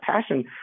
passion